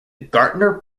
gardner